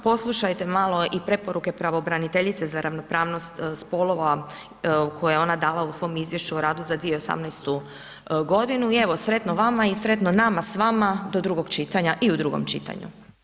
Poslušajte malo i preporuke pravobraniteljice za ravnopravnost spolova koje je ona dala u svom izvješću o radu u 2018. g. i evo sretno vama i sretno nama s vama do drugog čitanja i u drugom čitanju.